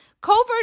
covert